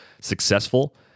successful